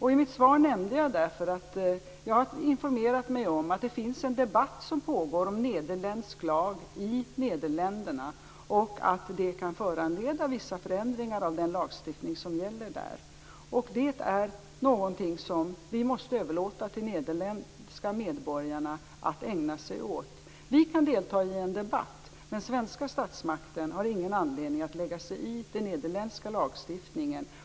I mitt svar nämnde jag därför att jag har informerat mig om att det pågår en debatt om nederländsk lag i Nederländerna och att det kan föranleda vissa förändringar av den lagstiftning som gäller där. Det är någonting som vi måste överlåta till de nederländska medborgarna att ägna sig åt. Vi kan delta i en debatt, men svenska statsmakten har ingen anledning att lägga sig i den nederländska lagstiftningen.